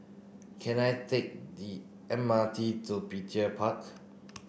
can I take the M R T to Petir Park